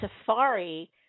Safari